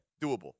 Doable